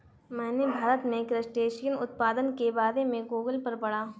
मैंने भारत में क्रस्टेशियन उत्पादन के बारे में गूगल पर पढ़ा